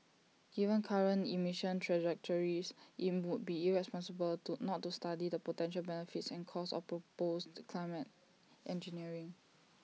given current emissions trajectories IT would be irresponsible to not to study the potential benefits and costs of proposed climate engineering